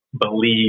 believe